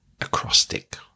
acrostic